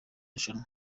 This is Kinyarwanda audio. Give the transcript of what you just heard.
rushanwa